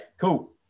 Cool